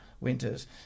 winters